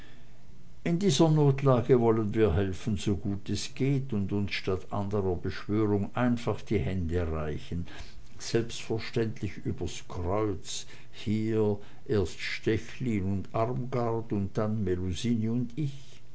in dieser notlage wollen wir uns helfen so gut es geht und uns statt andrer beschwörung einfach die hände reichen selbstverständlich über kreuz hier erst stechlin und armgard und dann melusine und ich